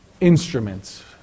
instruments